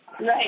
Right